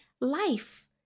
life